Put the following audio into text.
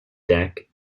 deck